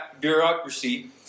bureaucracy